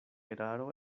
eraro